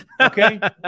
Okay